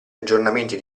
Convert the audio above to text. aggiornamenti